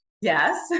yes